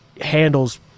handles